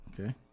Okay